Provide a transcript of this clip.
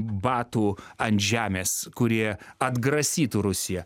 batų ant žemės kurie atgrasytų rusiją